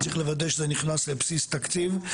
צריך לוודא שזה נכנס לבסיס תקציב.